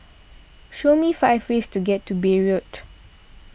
show me five ways to get to Beirut